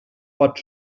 pot